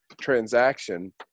transaction